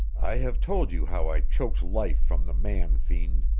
i have told you how i choked life from the man-fiend.